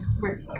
work